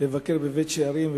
לבקר בבית-שערים.